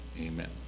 Amen